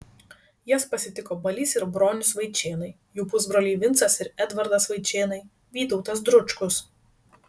jas pasitiko balys ir bronius vaičėnai jų pusbroliai vincas ir edvardas vaičėnai vytautas dručkus